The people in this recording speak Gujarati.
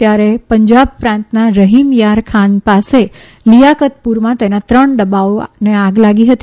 ત્યારે પંજાબ પ્રાંતના રહીમ યાર ખાનની પાસે લિયાકતપૂરમાં તેના ત્રણ ડબ્બાઓમાં આગ લાગી હતી